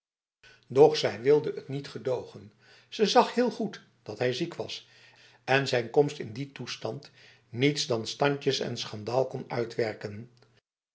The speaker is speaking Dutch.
doch zij wilde het niet gedogen ze zag heel goed dat hij ziek was en zijn komst in die toestand niets dan standjes en schandaal kon uitwerken